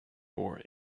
more